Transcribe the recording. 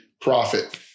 profit